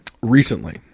Recently